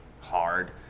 hard